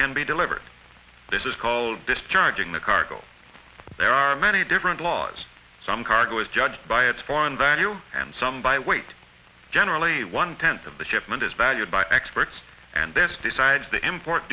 can be delivered this is called discharging the cargo there are many different laws some cargo is judged by its foreign value and some by weight generally one tenth of the shipment is valued by experts and this decides the import